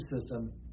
system